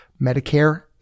Medicare